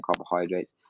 carbohydrates